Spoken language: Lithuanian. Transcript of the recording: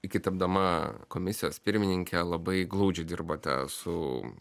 iki tapdama komisijos pirmininke labai glaudžiai dirbate su